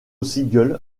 singles